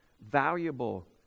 valuable